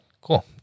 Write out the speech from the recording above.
Cool